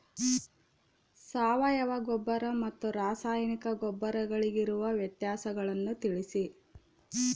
ಸಾವಯವ ಗೊಬ್ಬರ ಮತ್ತು ರಾಸಾಯನಿಕ ಗೊಬ್ಬರಗಳಿಗಿರುವ ವ್ಯತ್ಯಾಸಗಳನ್ನು ತಿಳಿಸಿ?